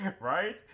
Right